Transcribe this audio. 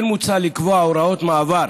כן מוצע לקבוע הוראות מעבר,